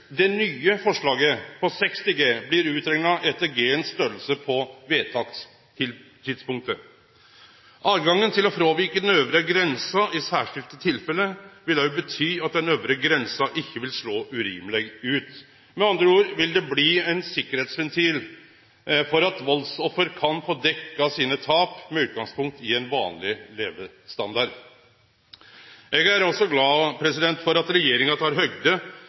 det nye forslaget om 60 G blir utrekna etter kor stor G er på vedtakstidspunktet. Høvet til å fråvike den øvre grensa i særskilde tilfelle vil bety at den øvre grensa ikkje vil slå urimeleg ut. Med andre ord vil det bli ein sikkerheitsventil for at valdsoffer kan få dekt tapa sine med utgangspunkt i ein vanleg levestandard. Eg er glad for at regjeringa